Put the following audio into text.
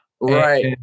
Right